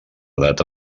data